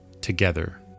together